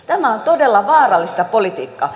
tämä on todella vaarallista politiikkaa